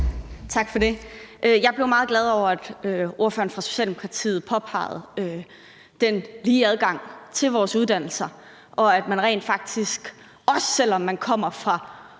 Tak for det. Jeg blev meget glad over, at ordføreren fra Socialdemokratiet påpegede den lige adgang til vores uddannelser, og at man rent faktisk også, selv om man kommer fra